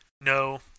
No